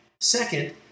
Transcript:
Second